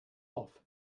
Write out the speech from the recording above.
off